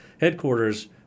headquarters